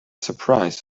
surprise